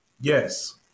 Yes